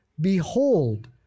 Behold